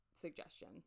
suggestion